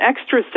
extra